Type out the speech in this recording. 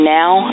now